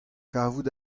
kavout